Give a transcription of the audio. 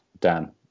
Dan